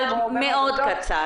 אבל מאוד קצר.